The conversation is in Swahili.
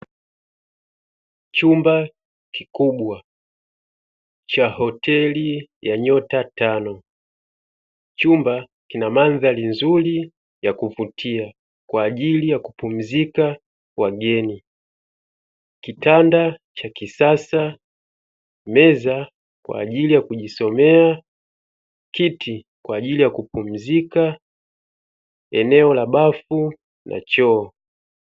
Chumba kikubwa cha hoteli ya nyota tano, chumba kina mandhari nzuri ya kuvutia wateja ,meza kwa kujisomea ,kitanda cha kulalia pamoja na choo kizuri.